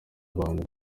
abantu